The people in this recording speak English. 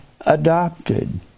adopted